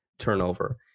turnover